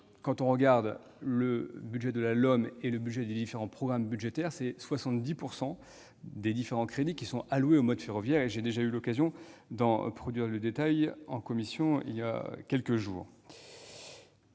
Si l'on ajoute le budget de la LOM et celui des différents programmes budgétaires, 70 % des différents crédits sont donc alloués au mode ferroviaire. J'ai déjà eu l'occasion d'en produire le détail en commission, il y a quelques jours.